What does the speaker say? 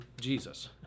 Jesus